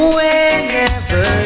Whenever